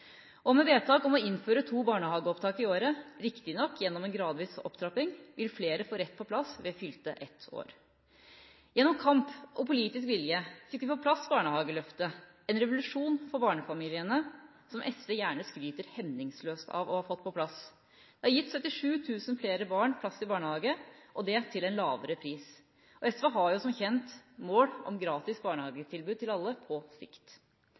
Og med vedtak om å innføre to barnehageopptak i året – riktignok gjennom en gradvis opptrapping – vil flere få rett til plass ved fylte ett år. Gjennom kamp og politisk vilje fikk vi på plass barnehageløftet – en revolusjon for barnefamiliene, noe SV gjerne skryter hemningsløst av å ha fått på plass. Det har gitt 77 000 flere barn plass i barnehage – og det til en lavere pris enn tidligere. SV har jo som kjent mål om gratis barnehagetilbud til alle på sikt.